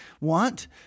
want